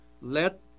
let